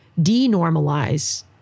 denormalize